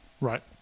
Right